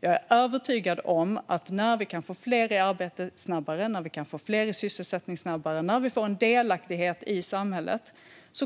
Jag är övertygad om att när vi kan få fler i arbete snabbare, när vi kan få fler i sysselsättning snabbare och när vi får en delaktighet i samhället